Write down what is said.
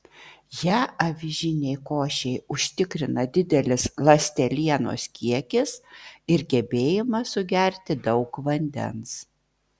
ją avižinei košei užtikrina didelis ląstelienos kiekis ir gebėjimas sugerti daug vandens